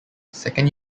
second